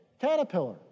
caterpillar